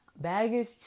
Baggage